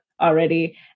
already